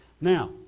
Now